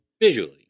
Visually